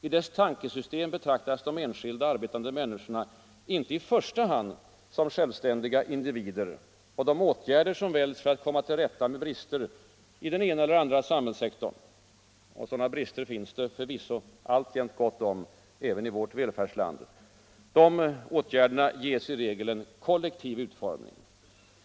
I dess tankesystem betraktas de enskilda arbetande människorna inte i första hand som självständiga individer. De åtgärder som väljs för att komma till rätta med brister i den ena eller andra samhällssektorn — och sådana brister finns det förvisso alltjämt gott om även i vårt välfärdsland — ges i regel en kollektiv utformning.